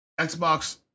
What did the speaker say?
Xbox